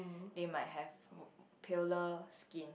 they might have wo~ paler skin